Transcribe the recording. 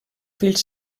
fills